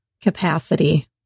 capacity